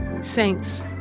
Saints